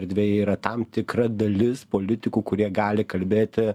erdvė yra tam tikra dalis politikų kurie gali kalbėti